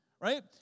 right